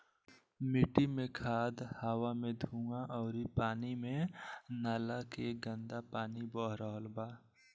मिट्टी मे खाद, हवा मे धुवां अउरी पानी मे नाला के गन्दा पानी बह रहल बा